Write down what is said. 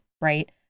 right